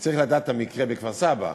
וצריך לדעת את המקרה בכפר-סבא.